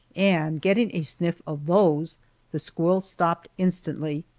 and getting a sniff of those the squirrel stopped instantly,